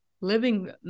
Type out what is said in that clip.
living